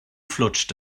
flutscht